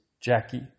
Jackie